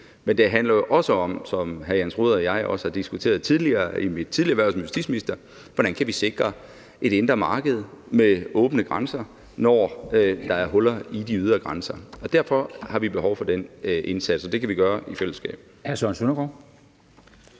men det handler jo også om, som hr. Jens Rohde og jeg har diskuteret tidligere – i mit tidligere hverv som justitsminister – hvordan vi kan sikre et indre marked med åbne grænser, når der er huller i de ydre grænser. Derfor har vi behov for den indsats, og det kan vi gøre i fællesskab. Kl. 13:17 Formanden